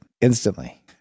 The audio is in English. instantly